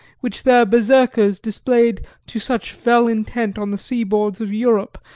which their berserkers displayed to such fell intent on the seaboards of europe,